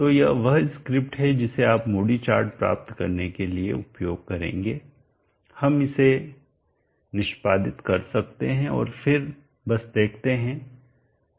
तो यह वह स्क्रिप्ट है जिसे आप मूडी चार्ट प्राप्त करने के लिए उपयोग करेंगे हम इसे निष्पादित कर सकते हैं और फिर बस देख सकते हैं